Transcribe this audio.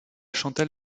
chantal